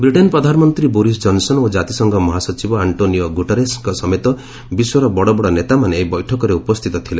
Britain ପ୍ରଧାନମନ୍ତ୍ରୀ Boris Johnson ଓ ଜାତିସଂଘ ମହାସଚିବ ଆଙ୍କୋନିଓ ଗୁଟରେସ୍ଙ୍କ ସମେତ ବିଶ୍ୱର ବଡ଼ବଡ଼ ନେତାମାନେ ଏହି ବୈଠକରେ ଉପସ୍ଥିତ ଥିଲେ